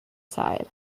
side